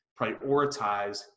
prioritize